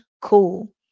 cool